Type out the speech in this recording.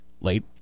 late